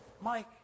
Mike